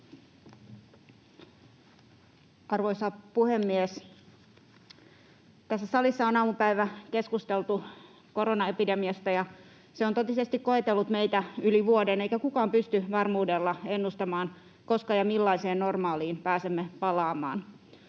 Arvoisa puhemies! Tässä salissa on aamupäivä keskusteltu koronaepidemiasta, ja se on totisesti koetellut meitä yli vuoden, eikä kukaan pysty varmuudella ennustamaan, koska ja millaiseen normaaliin pääsemme palaamaan.